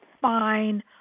fine